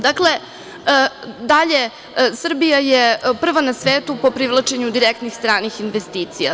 Dakle, dalje, Srbija je prva na svetu po privlačenju direktnih stranih investicija.